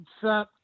set